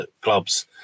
clubs